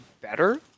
better